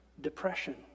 depression